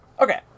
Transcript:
Okay